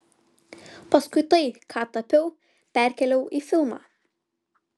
paskui tai ką tapiau perkėliau į filmą